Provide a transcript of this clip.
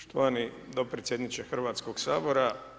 Štovani dopredsjedniče Hrvatskog sabora.